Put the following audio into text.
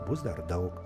bus dar daug